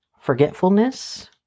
forgetfulness